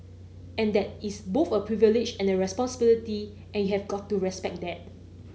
and that is both a privilege and a responsibility and you have got to respect that